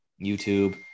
YouTube